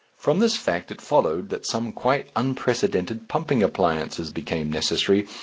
from this fact it followed that some quite unprecedented pumping appliances became necessary,